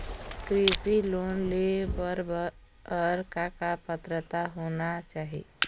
कृषि लोन ले बर बर का का पात्रता होना चाही?